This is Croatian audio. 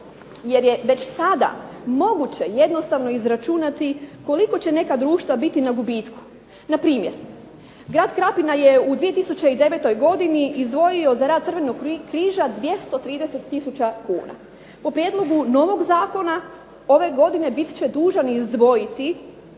jer je sada moguće jednostavno izračunati koliko će neka društva biti na gubitku. Npr. grad Krapina je u 2009. godini izdvojio za rad Crvenog križa 230 tisuća kuna. Po prijedlogu novog zakona, ove godine bit će dužan izdvojiti